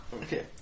Okay